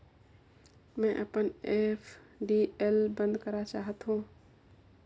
मैं अपन एफ.डी ल बंद करा चाहत हों